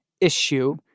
issue